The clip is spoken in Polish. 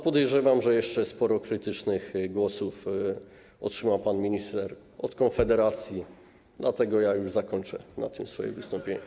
Podejrzewam, że jeszcze sporo krytycznych głosów usłyszy pan minister od Konfederacji, dlatego ja zakończę już na tym swoje wystąpienie.